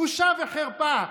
בושה וחרפה.